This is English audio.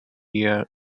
year